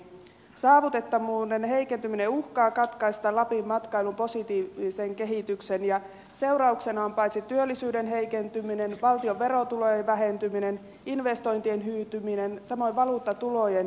saavutettavuuden heikentyminen uhkaa katkaista lapin matkailun positiivisen kehityksen ja seurauksena on työllisyyden heikentyminen valtion verotulojen vähentyminen investointien hyytyminen samoin valuuttatulojen väheneminen